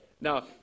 Now